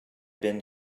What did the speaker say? been